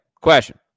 question